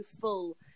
full